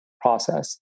process